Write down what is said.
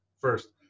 first